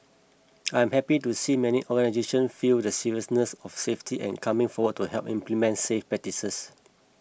I am happy to see many organisations view the seriousness of safety and coming forward to help implement safe practices